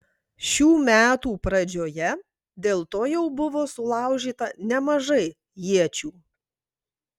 šių metų pradžioje dėl to jau buvo sulaužyta nemažai iečių